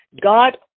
God